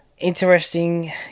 Interesting